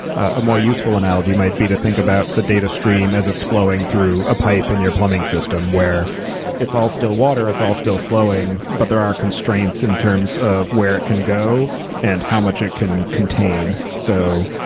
a more useful analogy might be to think about the datastream as it's flowing through a pipe in your plumbing system, where it's all still water, it's all still flowing, but there are constraints in terms of where it can go and how much it can contain. so,